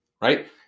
right